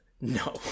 No